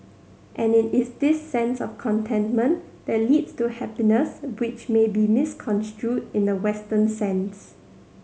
and it is this sense of contentment that leads to happiness which may be misconstrued in the Western sense